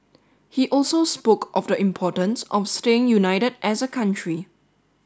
he also spoke of the importance of staying united as a country